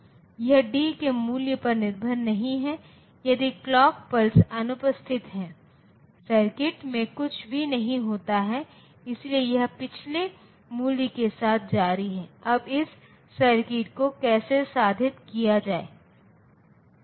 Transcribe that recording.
अब जब मैं इस डिजिटल प्रारूप डेटा और उनके प्रसंस्करण के बारे में बात कर रहा हूं तो हम अनिवार्य रूप से डिजिटल लॉजिक सर्किट के बारे में बात करेंगे